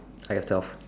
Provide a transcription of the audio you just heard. are yourself